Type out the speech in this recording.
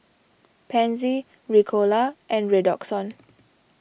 Pansy Ricola and Redoxon